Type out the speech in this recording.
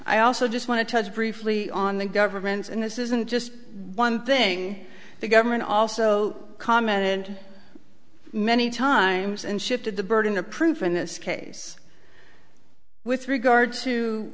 i also just want to touch briefly on the government and this isn't just one thing the government also commented many times and shifted the burden of proof in this case with regard to